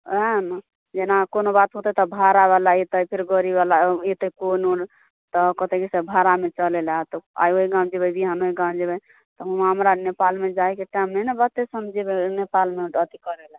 एहिमे जेना कोनो बात होतै तऽ भाड़ावला अएते फेर गाड़ीवला अएतै तऽ कोन ओन तऽ कहतै से भाड़ामे चलैलए तऽ आओर ओहि गाम जेबै बिहान ओहि गाम जेबै वहाँ हमरा नेपालमे जाइके टाइम नहि ने बचतै हम जेबै नेपालमे अथी करैलए